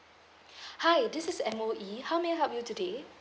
hi this is M_O_E how may I help you today